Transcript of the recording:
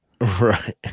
Right